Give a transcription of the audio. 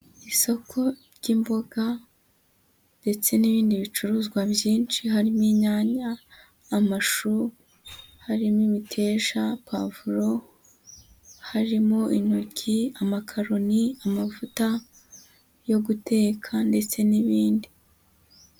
Isoko ry'imboga ndetse n'ibindi bicuruzwa byinshi, harimo inyanya, amashu, harimo imiteja, pavuro, harimo intoryi, amakaroni, amavuta yo guteka, ndetse n'ibindi.